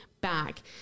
back